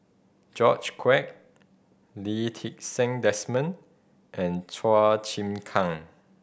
George Quek Lee Ti Seng Desmond and Chua Chim Kang